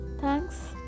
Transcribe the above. thanks